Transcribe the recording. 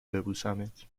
ببوسمت